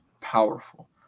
powerful